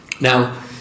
Now